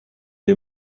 est